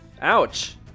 Ouch